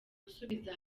gusubiza